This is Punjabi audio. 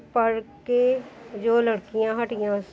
ਪੜ੍ਹ ਕੇ ਜੋ ਲੜਕੀਆਂ ਹਟੀਆਂ